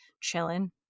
chilling